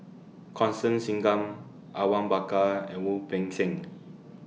Constance Singam Awang Bakar and Wu Peng Seng